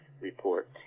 report